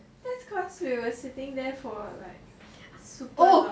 that's cause we were sitting there for super long